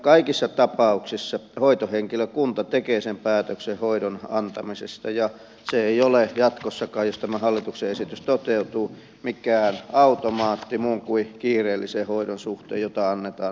kaikissa tapauksissa hoitohenkilökunta tekee päätöksen hoidon antamisesta ja se ei ole jatkossakaan jos tämä hallituksen esitys toteutuu mikään automaatti muun kuin kiireellisen hoidon suhteen jota annetaan nytkin